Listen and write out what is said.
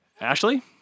Ashley